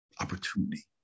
opportunity